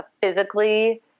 physically